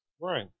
Right